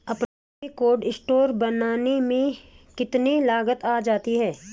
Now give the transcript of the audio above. अपना cold store बनाने में कितनी लागत आ जाती है?